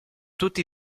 tutti